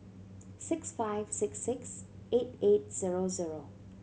six five six six eight eight zero zero